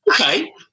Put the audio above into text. Okay